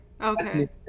Okay